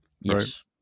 Yes